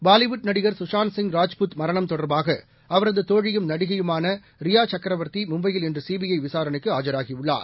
பாலிவுட் நடிகர் சுஷாந்த் சிங் ராஜ்புத் மரணம் தொடர்பாக அவரது தோழியும் நடிகையுமான ரியா சக்கரவர்த்தி மும்பையில் இன்று சிபிஐ விசாரணைக்கு ஆஜராகியுள்ளார்